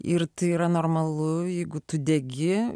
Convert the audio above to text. ir tai yra normalu jeigu tu degi